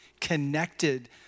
connected